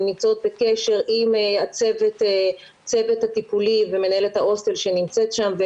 הן נמצאות בקשר עם הצוות הטיפולי ומנהלת ההוסטל שנמצאת שם,